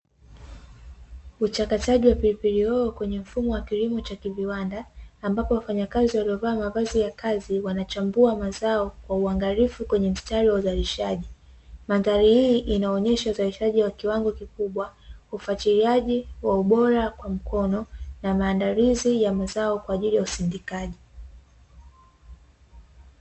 Uchakataji wa pilipili hoho kwenye mfumo wa kilimo cha kiviwanda, ambapo wafanyakazi waliovaa mavazi ya kazi wanachambua mazao kwa uangalifu kwenye mstari wa uzalishaji. Mandhari hii inaonyesha uzalishaji wa kiwango kikubwa, ufuatiliaji wa ubora kwa mkono, na maandalizi ya mazao kwa ajili ya usindikaji.